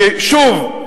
ששוב,